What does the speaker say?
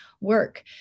work